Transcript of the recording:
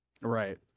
right